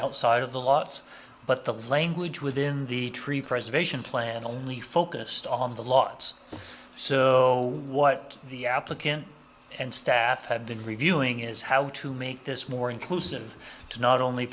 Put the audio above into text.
outside of the lots but the language within the tree preservation plan only focused on the lot so what the applicant and staff have been reviewing is how to make this more inclusive to not only